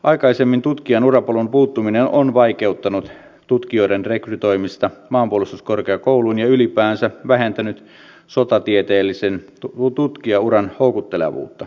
aikaisemmin tutkijan urapolun puuttuminen on vaikeuttanut tutkijoiden rekrytoimista maanpuolustuskorkeakouluun ja ylipäänsä vähentänyt sotatieteellisen tutkijauran houkuttelevuutta